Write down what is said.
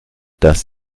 das